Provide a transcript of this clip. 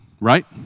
right